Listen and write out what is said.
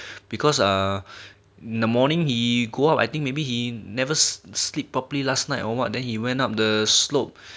because err the morning he go up I think maybe he never sleep properly last night or what then he went up the slope